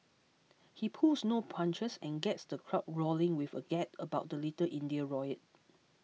he pulls no punches and gets the crowd roaring with a gag about the Little India riot